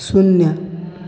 शून्य